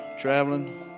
traveling